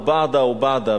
וּבַּעְדַ וּבַּעְדַ וּבַּעְדַ.